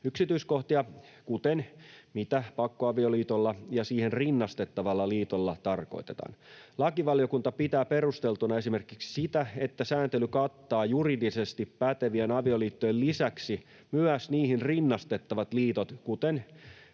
yksityiskohtia kuten sitä, mitä pakkoavioliitolla ja siihen rinnastettavalla liitolla tarkoitetaan. Lakivaliokunta pitää perusteltuna esimerkiksi sitä, että sääntely kattaa juridisesti pätevien avioliittojen lisäksi myös niihin rinnastettavat liitot, kuten